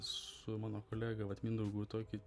su mano kolega vat mindaugu tokį